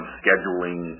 scheduling